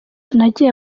nagiye